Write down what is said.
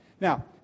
Now